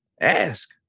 Ask